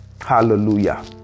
Hallelujah